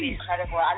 incredible